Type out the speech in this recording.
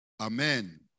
amen